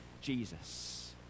Jesus